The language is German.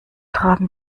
tragen